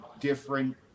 different